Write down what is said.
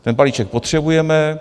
Ten balíček potřebujeme.